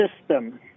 system